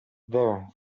there